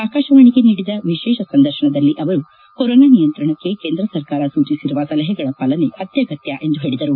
ಆಕಾಶವಾಣಿಗೆ ನೀಡಿದ ವಿಶೇಷ ಸಂದರ್ಶನದಲ್ಲಿ ಅವರು ಕೊರೋನಾ ನಿಯುಂತ್ರಣಕ್ಕೆ ಕೇಂದ್ರ ಸರ್ಕಾರ ಸೂಚಿಸಿರುವ ಸಲಹೆಗಳ ಪಾಲನೆ ಅತ್ಲಗತ್ತ ಎಂದು ಹೇಳಿದರು